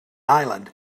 island